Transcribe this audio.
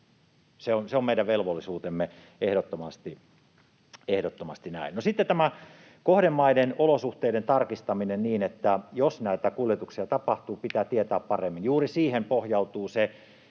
Se on meidän velvollisuutemme, ehdottomasti näin. No, sitten tämä kohdemaiden olosuhteiden tarkistaminen niin, että jos näitä kuljetuksia tapahtuu, pitää tietää paremmin: Juuri siihen pohjautuvat